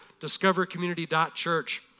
discovercommunity.church